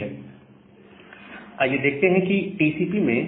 Refer slide 0749 आइए देखते हैं कि टीसीपी में